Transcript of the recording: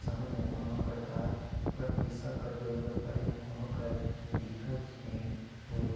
समे में कोनो परकार कर पइसा कर जरूरत परे में कोनो कर दिक्कत झेइन होए